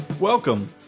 Welcome